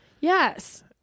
Yes